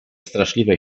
straszliwe